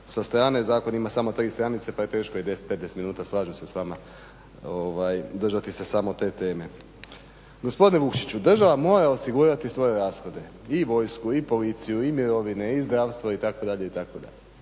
sa strane. Zakon ima samo 3 stranice pa je teško i 10-15 minuta, slažem se s vama, držati se samo te teme. Gospodine Vukšiću, država mora osigurati svoje rashode i vojsku i policiju i mirovine i zdravstvo itd.,